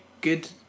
good